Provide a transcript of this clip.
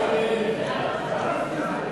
ניצן הורוביץ,